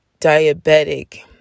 diabetic